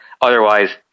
Otherwise